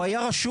הוא היה רשום?